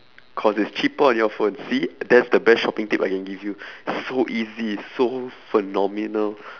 cause it's cheaper on your phone see that's the best shopping tip I can give you so easy so phenomenal